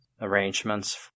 arrangements